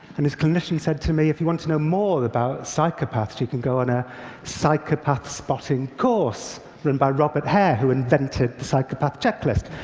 and his clinician said to me, if you want to know more about psychopaths, you can go on a psychopath-spotting course run by robert hare, who invented the psychopath checklist.